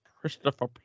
Christopher